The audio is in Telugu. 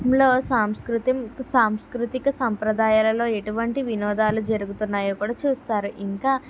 లో సాంస్కృతం సాంస్కృతిక సంప్రదాయాలలో ఎటువంటి వినోదాలు జరుగుతున్నాయో కూడా చూస్తారు ఇంకా